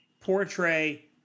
portray